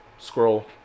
scroll